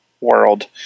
world